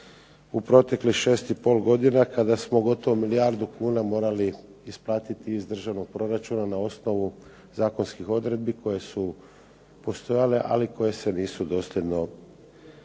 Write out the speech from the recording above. u proteklih 6,5 godina kada smo gotovo milijardu i pol kuna morali isplatiti iz državnog proračuna na osnovu zakonskih odredbi koje su postojale ali koje se nisu dosljedno